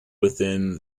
within